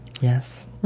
Yes